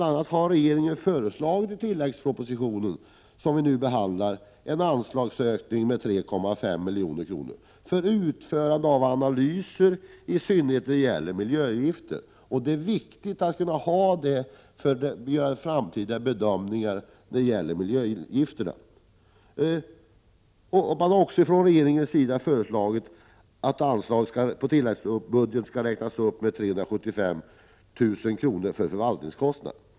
a. har regeringen i tilläggspropositionen, som vi nu behandlar, föreslagit en anslagsökning med 3,5 milj.kr. för utförande av analyser, i synnerhet då det gäller miljögifter. Det är viktigt att ha tillgång till dessa pengar för att kunna göra framtida bedömningar rörande miljögifterna. Regeringen har också föreslagit att anslaget på tilläggsbudgeten skall räknas upp med 375 000 kr. för förvaltningskostnader.